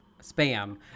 Spam